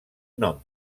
nom